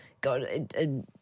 God